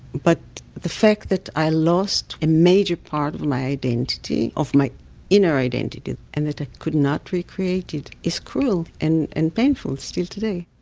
but the fact that i lost a major part of my identity, of my inner identity, and that i ah could not recreate it, is cruel, and and painful, still today.